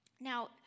Now